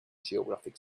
geographic